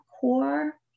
core